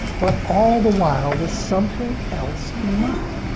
but all the while, with something else in mind.